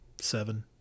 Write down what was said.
seven